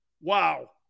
Wow